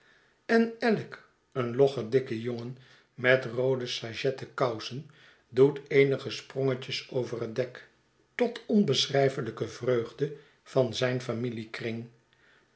en alick een logge dikke jongen met roode sajetten kousen doet eenige sprongetjes over het dek tot onbeschrijfelijke vreugde van zijn familiekring